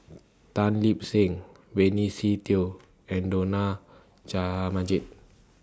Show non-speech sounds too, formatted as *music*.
*noise* Tan Lip Seng Benny Se Teo and Dollah Jaha Majid